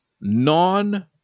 non-